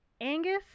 Angus